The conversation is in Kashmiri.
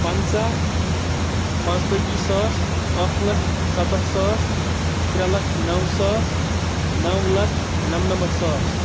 پنٛژاہ پانٛژٕتٲجی ساس اَکھ لچھ سَتَتھ ساس ترٛےٚ لچھ نو ساس نو لَچھ نَمنَمَتھ ساس